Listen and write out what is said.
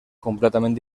completament